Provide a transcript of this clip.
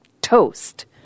toast